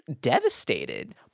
devastated